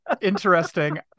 Interesting